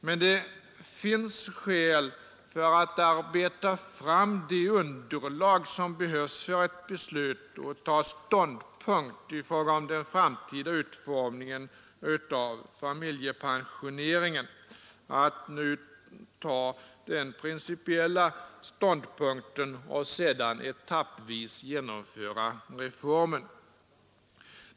Men det finns motiv för att nu arbeta fram det underlag som behövs för ett beslut och ta ståndpunkt i fråga om den framtida utformningen av familjepensioneringen, att nu ta den principiella ståndpunkten och sedan etappvis genomföra reformen.